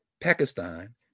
Pakistan